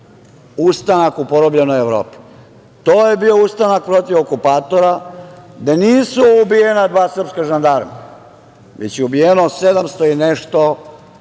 ustanak u porobljenoj Evropi, to je bio ustanak protiv okupatora, gde nisu ubijena dva srpska žandarma, već je ubijeno 700 i nešto